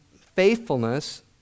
faithfulness